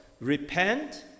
repent